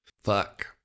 Fuck